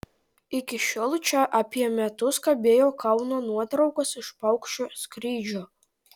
iki šiol čia apie metus kabėjo kauno nuotraukos iš paukščio skrydžio